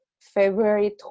February